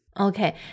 Okay